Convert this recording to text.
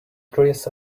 trees